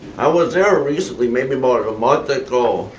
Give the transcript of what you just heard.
i was there recently, maybe about a month ago,